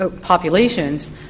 populations